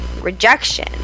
rejection